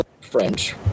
French